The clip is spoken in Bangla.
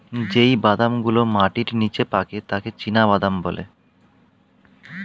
যেই বাদাম গুলো মাটির নিচে পাকে তাকে চীনাবাদাম বলে